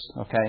okay